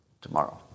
tomorrow